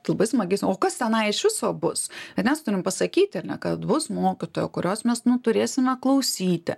tai labai smagi o kas tenai iš viso bus bet mes turim pasakyti kad bus mokytoja kurios mes nu turėsime klausyti